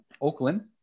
Oakland